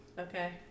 okay